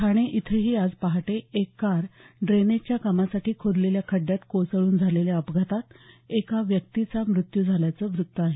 ठाणे इथंही आज पहाटे एक कार ड्रेनेजच्या कामासाठी खोदलेल्या खड्ड्यात कोसळून झालेल्या अपघातात एका व्यक्तीचा मृत्यू झाल्याचं वृत्त आहे